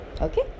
Okay